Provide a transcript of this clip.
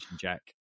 jack